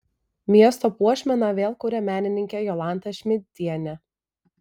miesto puošmeną vėl kuria menininkė jolanta šmidtienė